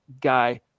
guy